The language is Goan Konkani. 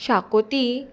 शाकोती